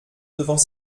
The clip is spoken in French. devant